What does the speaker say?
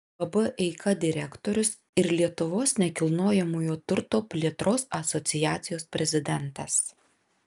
uab eika direktorius ir lietuvos nekilnojamojo turto plėtros asociacijos prezidentas